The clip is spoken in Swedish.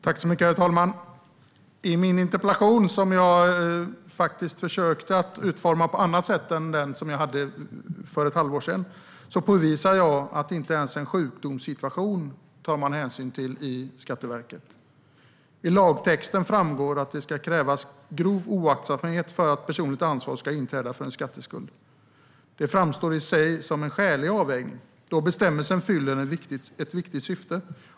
Herr talman! I denna interpellation, som jag faktiskt försökte utforma på annat sätt än den som jag ställde för ett halvår sedan, påvisar jag att Skatteverket inte ens tar hänsyn till en sjukdomssituation. I lagtexten framgår att det ska krävas grov oaktsamhet för att personligt ansvar ska inträda för en skatteskuld. Det framstår i sig som en skälig avvägning, då bestämmelsen fyller ett viktigt syfte.